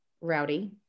Rowdy